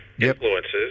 influences